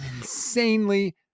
insanely